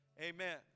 amen